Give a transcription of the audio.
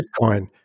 Bitcoin